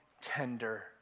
tender